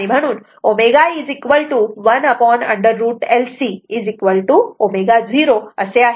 म्हणून ω 1√ L Cω0 असे आहे